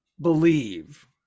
believe